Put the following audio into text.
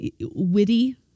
witty